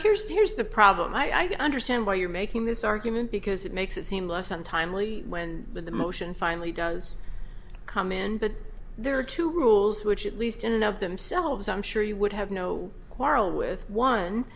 here's the here's the problem i can understand why you're making this argument because it makes it seem less than timely when the motion finally does come in but there are two rules which at least in and of themselves i'm sure you would have no quarrel with one